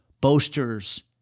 boasters